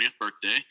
birthday